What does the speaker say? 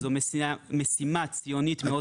זו משימה ציונית מאוד חשובה.